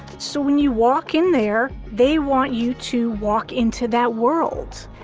so when you walk in there, they want you to walk into that world.